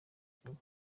inkunga